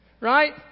right